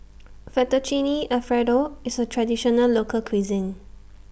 Fettuccine Alfredo IS A Traditional Local Cuisine